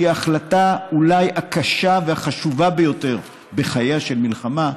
שהיא ההחלטה אולי הקשה והחשובה ביותר בחייה של מדינה,